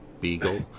beagle